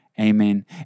Amen